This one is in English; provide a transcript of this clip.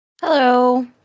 Hello